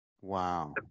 Wow